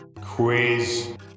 Quiz